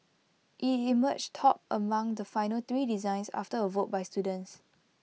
IT emerged top among the final three designs after A vote by students